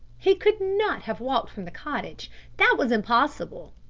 he could not have walked from the cottage that was impossible.